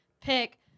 pick